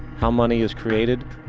how money is created,